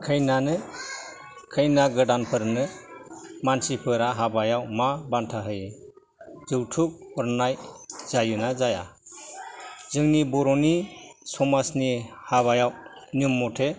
खैनानो खैना गोदानफोरनो मानसिफोरा हाबायाव मा बान्था होयो जौथुक हरनाय जायो ना जाया जोंनि बर'नि समाजनि हाबायाव नियम मथे